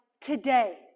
today